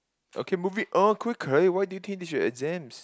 okay moving quickly why do you think they should exams